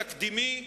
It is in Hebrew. התקדימי,